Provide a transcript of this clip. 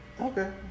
Okay